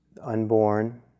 unborn